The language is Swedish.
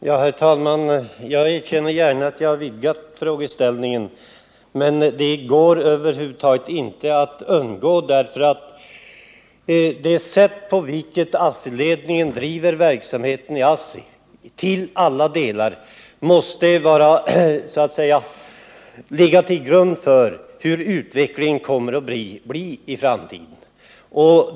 Herr talman! Jag erkänner gärna att jag har vidgat frågeställningen. Det går över huvud taget inte att undgå detta, eftersom ASSI-ledningens sätt att bedriva verksamheten till alla delar måste ligga till grund för hur utvecklingen blir i framtiden.